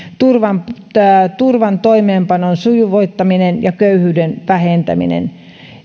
turvan toimeenpanon sujuvoittaminen ja köyhyyden vähentäminen